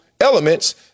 elements